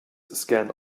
scan